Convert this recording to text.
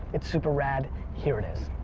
it's super rad. here it is.